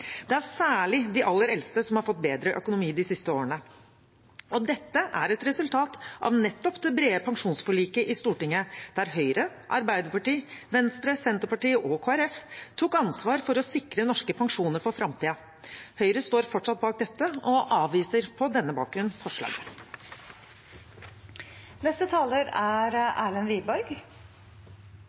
Det er særlig de aller eldste som har fått bedre økonomi de siste årene. Dette er et resultat av nettopp det brede pensjonsforliket i Stortinget, der Høyre, Arbeiderpartiet, Venstre, Senterpartiet og Kristelig Folkeparti tok ansvar for å sikre norske pensjoner for framtiden. Høyre står fortsatt bak dette og avviser på denne bakgrunn forslaget. Hva er